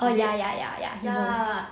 ah ya ya ya ya he knows